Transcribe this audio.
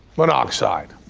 monoxide.